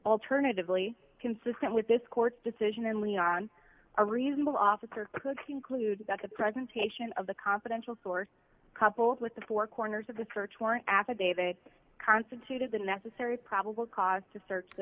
alternatively consistent with this court's decision in leon a reasonable officer could conclude that the presentation of the confidential source coupled with the four corners of the search warrant affidavit constituted the necessary probable cause to search the